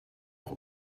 auch